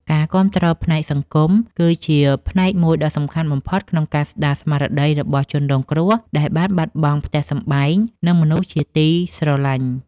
ការគាំទ្រផ្នែកសង្គម គឺជាផ្នែកមួយដ៏សំខាន់បំផុតក្នុងការស្តារស្មារតីរបស់ជនរងគ្រោះដែលបានបាត់បង់ផ្ទះសម្បែង និងមនុស្សជាទីស្រឡាញ់។